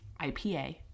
IPA